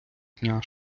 дня